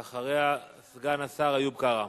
ואחריה, סגן השר איוב קרא.